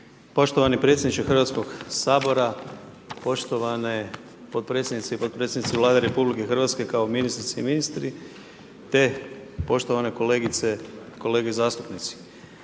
Poštovani predsjedniče Hrvatskog sabora, poštovane potpredsjednice i potpredsjednici Vlade RH, kao ministrici i ministri, te poštovane kolegice i kolege zastupnici.